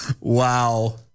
Wow